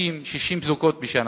50 60 זוגות בשנה.